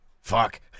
fuck